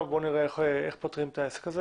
עכשיו בואו נראה איך פותרים את זה.